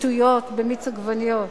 שטויות במיץ עגבניות.